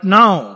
now